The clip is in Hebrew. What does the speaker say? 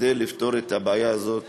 כדי לפתור את הבעיה הזאת